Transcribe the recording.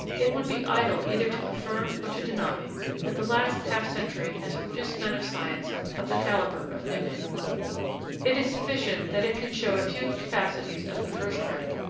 it would be idle either to affirm or to deny that the last half-century has produced men of science of the calibre of newton. it is sufficient that it can show a few capacities of the first rank,